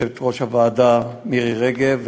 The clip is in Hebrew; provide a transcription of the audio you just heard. יושבת-ראש הוועדה מירי רגב,